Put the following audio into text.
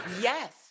Yes